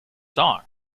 song